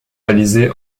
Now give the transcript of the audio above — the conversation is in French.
réalisées